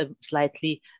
slightly